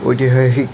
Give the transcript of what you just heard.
ঐতিহাসিক